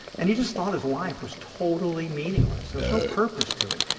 and he just thought his life was totally meaningless. there was no purpose to it.